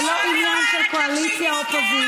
זה לא עניין של קואליציה או אופוזיציה.